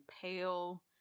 pale